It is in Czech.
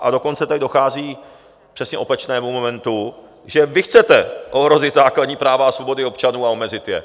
A dokonce tady dochází k přesně opačnému momentu, že vy chcete ohrozit základní práva a svobody občanů a omezit je.